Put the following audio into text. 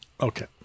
Okay